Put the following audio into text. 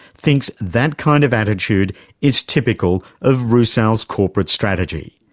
thinks that kind of attitude is typical of rusal's corporate strategy.